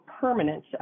permanent